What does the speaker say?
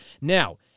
Now